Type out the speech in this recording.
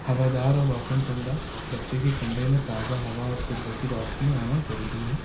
ہواادار اور روشن کمرہ بچے کے کمرے میں تازہ ہوا اور قدرتی روشنی آنا ضروری ہے